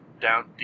down